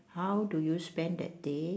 how do you spend that day